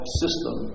system